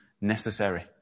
necessary